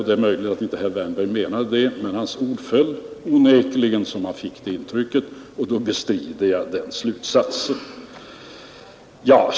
Det är möjligt att herr Wärnberg inte heller menade det, men hans ord föll onekligen så att man kunde få det intrycket, och då bestrider jag den slutsatsen.